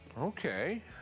Okay